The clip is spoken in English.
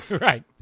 Right